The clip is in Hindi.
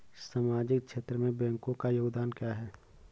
सामाजिक क्षेत्र में बैंकों का योगदान क्या है?